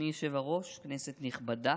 אדוני היושב-ראש, כנסת נכבדה,